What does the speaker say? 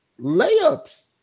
Layups